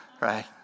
right